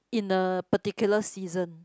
in a particular season